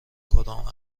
کدام